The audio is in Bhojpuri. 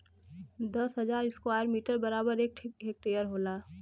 दस हजार स्क्वायर मीटर बराबर एक हेक्टेयर होला